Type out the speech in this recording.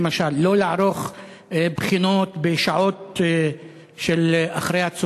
למשל: לא לערוך בחינות בשעות אחר-הצהריים,